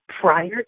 prior